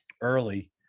early